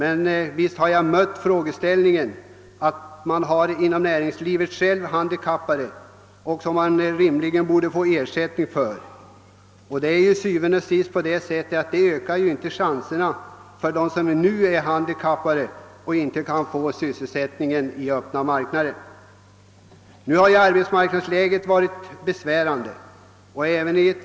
Jag har mött inställningen att man inom näringslivet redan har handikappade som man rimligen borde få ersättning för, och det ökar til syvende og sidst inte chanserna för de handikappade som nu inte kan få sysselsättning i den öppna marknaden. Arbetsmarknadsläget har en tid varit besvärligt.